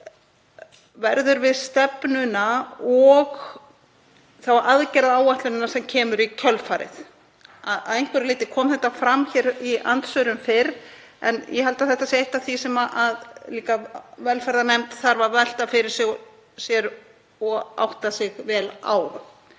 verður við stefnuna og þá aðgerðaáætlun sem kemur í kjölfarið. Að einhverju leyti kom þetta fram hér í andsvörum en ég held að þetta sé eitt af því sem velferðarnefnd þarf að velta fyrir sér og átta sig vel á,